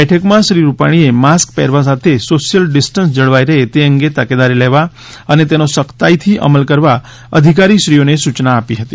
બેઠકમાં શ્રી રૂપાણીએ માસ્ક પહેરવા સાથે સોશ્યલ ડિસ્ટન્સ જળવાઇ રહે તે અંગે તકેદારી લેવા અને તેનો સખ્તાઇથી અમલ કરવા અધિકારીશ્રીઓને સુચનાઓ આપી હતી